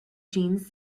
jeans